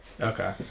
Okay